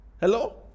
Hello